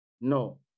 No